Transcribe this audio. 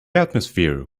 atmosphere